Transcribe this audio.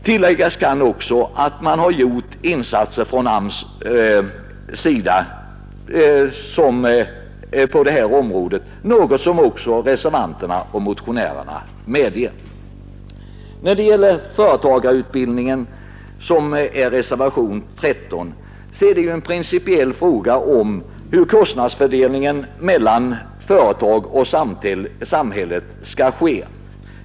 Tilläggas kan att arbetsmarknadsstyrelsen har gjort insatser på det här området, något som också reservanterna och motionärerna medger. När det gäller företagsutbildning, som tas upp i reservationen 13, är det en principiell fråga om hur kostnadsfördelningen mellan företag och samhälle skall ske.